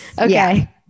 Okay